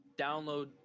download